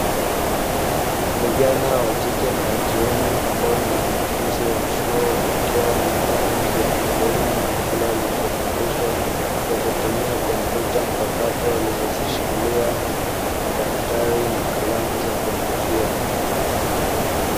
Vijana wa kike na wa kiume ambao ni wanafunzi wa chuo wakiwa wanafanya majadiliano ya kila walichofundishwa kwa kutumia kompyuta mpakato alizozishikilia madaftari na kalamu za kuandikia.